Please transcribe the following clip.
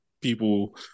people